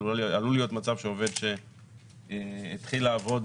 עלול להיות מצב שבו עובד שהתחיל לעבוד,